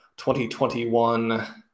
2021